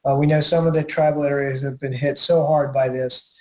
ah we know some of the tribal areas have been hit so hard by this,